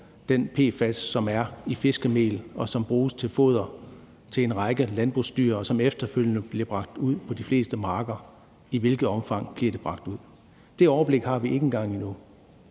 den PFAS, som er i fiskemel, og som bruges til foder til en række landbrugsdyr, og som efterfølgende bliver bragt ud på de fleste marker. I hvilket omfang bliver det bragt ud? Det overblik har vi ikke engang endnu.